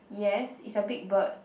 yes it's a big bird